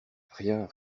rien